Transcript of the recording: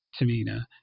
Tamina